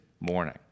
morning